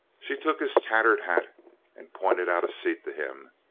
she took his tattered hat and pointed out a seat to him,